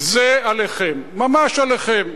זה עליכם, ממש עליכם.